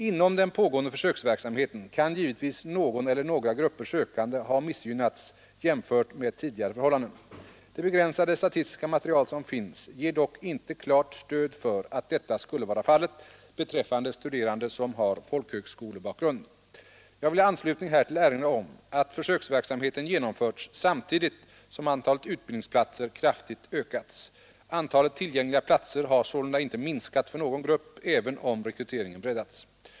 Inom den pågående försöksverksamheten kan givetvis någon eller några grupper sökande ha missgynnats jämfört med tidigare förhållanden. Det begränsade statistiska material som finns ger dock inget klart stöd för att detta skulle vara fallet beträffande studerande som har folkhögskolebakgrund. Jag vill i anslutning härtill erinra om att försöksverksamheten genomförts samtidigt som antalet utbildningsplatser kraftigt ökats. Antalet tillgängliga platser har sålunda inte minskat för någon grupp, även om rekryteringen breddats.